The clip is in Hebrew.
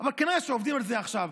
אבל כנראה שעובדים על זה עכשיו,